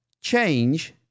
Change